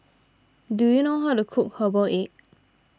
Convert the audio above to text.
do you know how to cook Herbal Egg